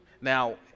Now